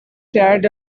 chad